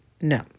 no